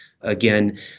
again